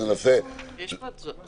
ננסה --- יש פה מהאוצר.